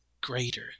greater